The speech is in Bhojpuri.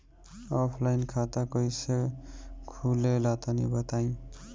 ऑफलाइन खाता कइसे खुलेला तनि बताईं?